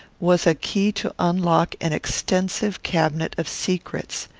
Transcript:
was a key to unlock an extensive cabinet of secrets.